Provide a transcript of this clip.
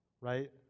right